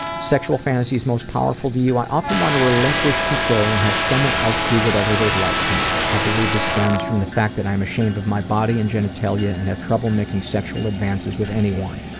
sexual fantasies most powerful to you? i often want to relinquish control and have someone else do whatever they'd like to me. i believe this stems from the fact that i'm ashamed of my body and genitalia and have trouble making sexual advances with anyone.